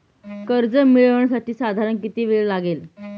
कर्ज मिळविण्यासाठी साधारण किती वेळ लागेल?